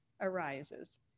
arises